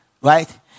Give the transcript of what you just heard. right